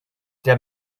der